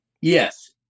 Yes